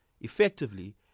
effectively